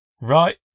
right